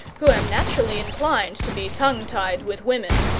who am naturally inclined to be tongue-tied with women.